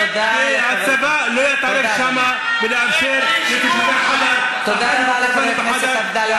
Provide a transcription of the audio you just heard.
תודה לחבר הכנסת, שהצבא לא יתערב שם, תודה, אדוני.